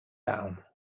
down